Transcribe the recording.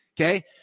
okay